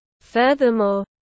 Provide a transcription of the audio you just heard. Furthermore